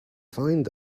found